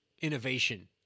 innovation